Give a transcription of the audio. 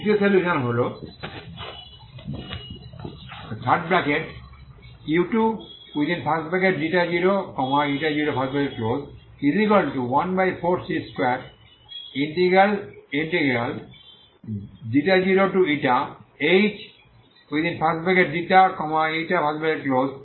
দ্বিতীয় solution হল〖u20014c2∬0hξηdξ dη